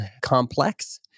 complex